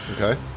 Okay